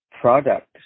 product